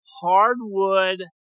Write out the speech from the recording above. hardwood